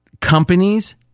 companies